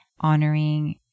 honoring